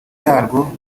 yarwo